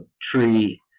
tree